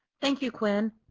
thank you, quinn.